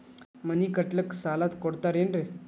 ಮನಿ ಕಟ್ಲಿಕ್ಕ ಸಾಲ ಕೊಡ್ತಾರೇನ್ರಿ?